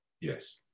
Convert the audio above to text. Yes